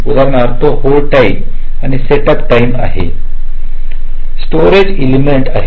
उदाहरणार्थ hold time आणि setup time आहे स्टोरेज एलमेंट आहेत